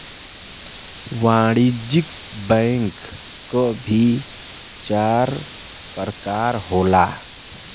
वाणिज्यिक बैंक क भी चार परकार होला